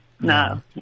No